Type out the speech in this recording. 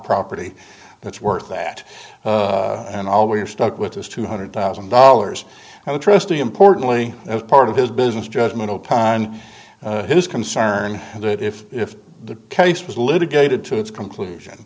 property that's worth that and all we're stuck with was two hundred thousand dollars and the trustee importantly as part of his business judgment upon his concern that if if the case was litigated to its conclusion